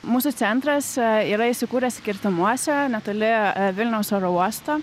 mūsų centras yra įsikūręs kirtimuose netoli vilniaus oro uosto